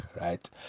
right